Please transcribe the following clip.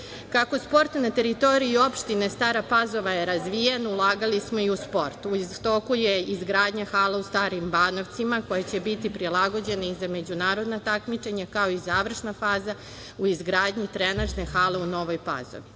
sport na teritoriji opštine Stara Pazova je razvijen ulagali smo i u sport. U toku je o izgradnja hale u Starim Banovcima koja će biti prilagođena i za međunarodna takmičenja, kao i završna faza u izgradnji trenažne hale u Novoj Pazovi. Kultura